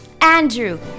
Andrew